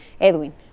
Edwin